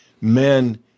men